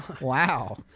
Wow